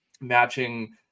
matching